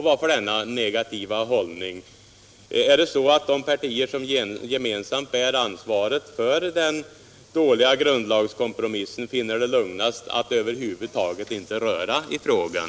Varför denna negativa hållning? Finner kanske de partier, som gemensamt bär ansvaret för den dåliga grundlagskompromissen, det lugnast att över huvud taget inte röra i frågan?